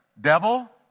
devil